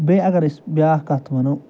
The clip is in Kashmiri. بیٚیہِ اَگر أسۍ بیٛاکھ کَتھ وَنو